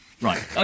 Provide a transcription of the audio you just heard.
Right